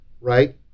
right